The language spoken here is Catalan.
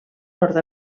nord